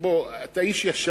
בוא, אתה הרי איש ישר,